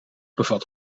bevat